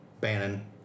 Bannon